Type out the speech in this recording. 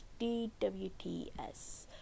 DWTS